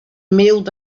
mailed